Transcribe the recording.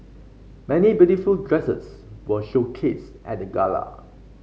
many beautiful dresses were showcased at the gala